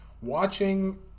watching